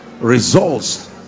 results